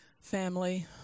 Family